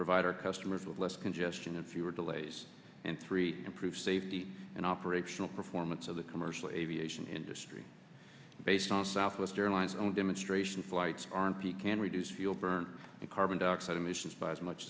provide our customers with less congestion and fewer delays and three improve safety and operational performance of the commercial aviation industry based on southwest airlines own demonstration flights are and p can reduce fuel burn carbon dioxide emissions by as much